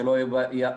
מה שלא היה בעבר.